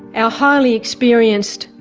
our highly experienced,